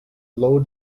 low